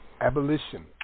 Abolition